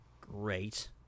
great